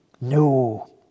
No